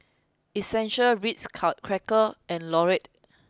essential Ritz Crackers and Lotte